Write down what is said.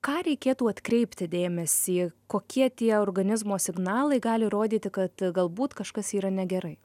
ką reikėtų atkreipti dėmesį kokie tie organizmo signalai gali rodyti kad galbūt kažkas yra negerai